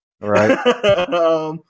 Right